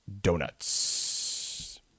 Donuts